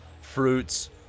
fruits